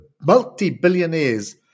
multi-billionaires